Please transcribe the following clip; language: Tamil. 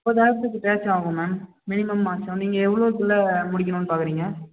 ஒரு வாரத்துக்கு பேச் ஆகும் மேம் மினிமம் மாதம் நீங்கள் எவ்வளோக்குள்ள முடிக்கணும்னு பார்க்குறீங்க